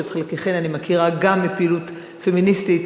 שאת חלקכן אני מכירה גם מפעילות פמיניסטית,